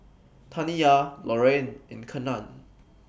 Taniyah Lorayne and Kenan